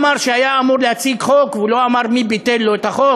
אמר שהיה אמור להציג את החוק ולא אמר מי ביטל לו את החוק.